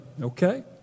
okay